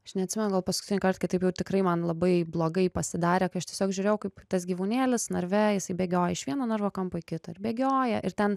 aš neatsimenu gal paskutinįkart kaip taip jau tikrai man labai blogai pasidarė kai aš tiesiog žiūrėjau kaip tas gyvūnėlis narve jisai bėgioja iš vieno narvo kampo į kitą ir bėgioja ir ten